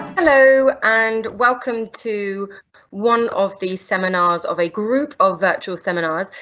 hello and welcome to one of the seminars of a group of virtual seminars,